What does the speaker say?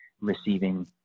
receiving